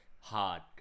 hard